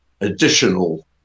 additional